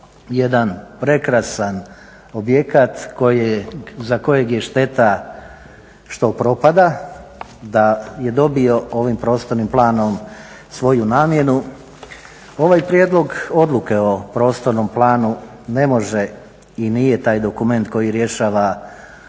jedan prekrasan objekat za kojeg je šteta što propada da je dobio ovim prostornim planom svoju namjenu. Ovaj Prijedlog odluke o prostornom planu ne može i nije taj dokument koji rješava